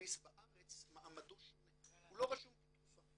קנאביס בארץ מעמדו שונה, הוא לא רשום כתרופה.